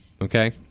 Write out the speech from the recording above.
Okay